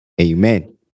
amen